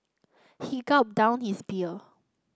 he gulped down his beer